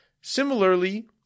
similarly